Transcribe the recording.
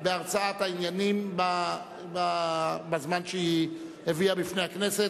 בהרצאת העניינים שהיא הביאה בפני הכנסת.